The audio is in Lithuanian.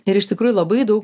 ir iš tikrųjų labai daug